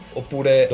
oppure